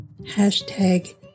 Hashtag